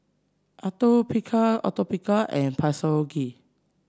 Atopiclair Atopiclair and Physiogel